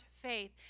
faith